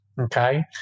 Okay